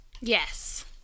Yes